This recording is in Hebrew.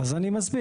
אז אני מסביר.